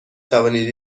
توانید